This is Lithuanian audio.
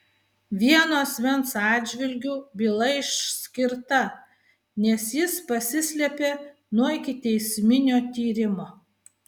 vieno asmens atžvilgiu byla išskirta nes jis pasislėpė nuo ikiteisminio tyrimo